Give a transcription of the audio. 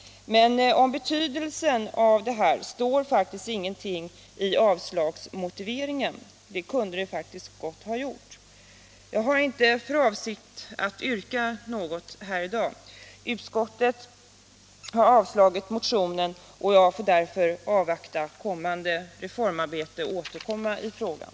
Men om betydelsen härav står faktiskt ingenting i avslagsmotiveringen, och det kunde det faktiskt gott ha gjort. Jag har inte för avsikt att i dag ställa något yrkande. Utskottet har avstyrkt motionen, och jag får därför avvakta reformarbetet och återkomma i frågan.